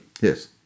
yes